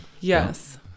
Yes